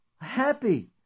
Happy